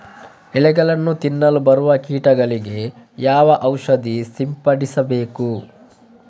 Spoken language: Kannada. ಎಲೆಗಳನ್ನು ತಿನ್ನಲು ಬರುವ ಕೀಟಗಳಿಗೆ ಯಾವ ಔಷಧ ಸಿಂಪಡಿಸಬೇಕು?